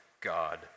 God